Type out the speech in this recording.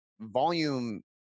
volume